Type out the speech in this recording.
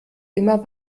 immer